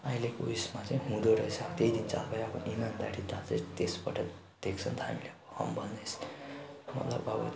अहिलेको उयेसमा चाहिँ हुँदो रहेछ त्यही दिन चाल पाएँ इमान्दारिता चाहिँ त्यसबाट देख्छ नि त हामीले हम्बलनेस मतलब अब